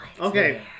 Okay